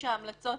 שהגישה המלצות